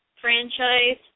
franchise